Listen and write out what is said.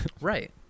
right